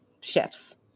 shifts